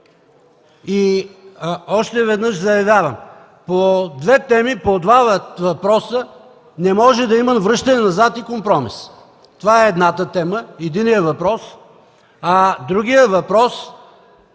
и още веднъж заявявам, че по две теми, по два въпроса не може да има връщане назад и компромис. Това е единият въпрос, а другият въпрос е